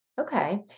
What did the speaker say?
Okay